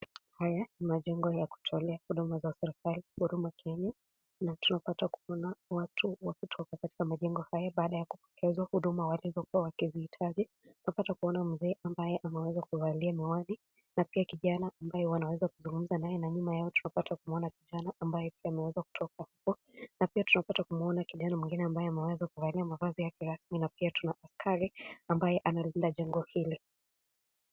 Haya ni majengo ya kutolea huduma za serikali Huduma Kenya na tunapata kuona watu wakitoka katika majengo haya baada ya kupokezwa huduma walizokua wakizihitaji. Tunapata kuona mzee ambaye ameweza kuvalia miwani, na pia kijana ambaye wanaeweza kuzungumza naye na nyuma yao tunapata kumuona kijana ambaye pia ameweza kutoka huko na pia tunapata kumuona klijana mwingine ambaye ameweza kuvalia mavazi yake rasmi na pia tuna askari ambaye analinda jengo hili.